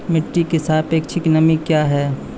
मिटी की सापेक्षिक नमी कया हैं?